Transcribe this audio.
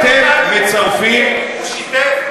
אתם מצרפים, הוא שיתף?